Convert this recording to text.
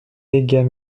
dégâts